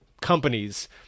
companies